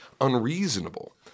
unreasonable